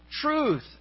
truth